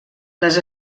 les